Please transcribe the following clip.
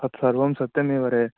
तत्सर्वं सत्यमेव रे